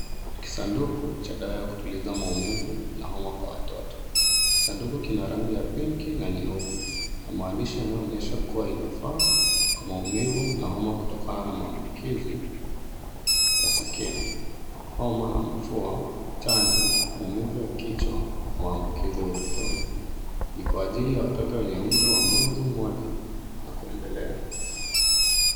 Kisanduku cha dawa ya kutuliza maumivu na homa kwa watoto. Kisanduku kina rangi ya pink na nyeupe, na maandishi yanaoonyesha kuwa inafaa kwa maumivu na homa kutokana na maambukizi ya sikio, homa na mafua, chanjo, maumivu ya kichwa na maambukizi ya utotoni. Ni kwa ajili ya watoto wenye umri wa mwezi mmoja na kuendelea.